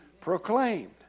proclaimed